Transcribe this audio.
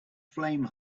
flame